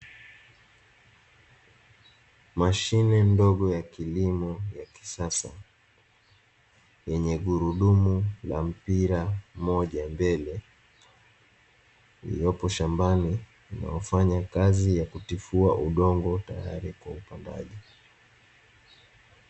Mashine ndogo ya kilimo ya kisasa yenye gurudumu la mpira mmoja mbele, Iliyopo shambani inayo fanya kazi ya kutifua udongo tayali kwa upandaji.